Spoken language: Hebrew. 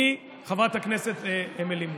חברת הכנסת אמילי מואטי,